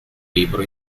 libro